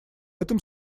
этом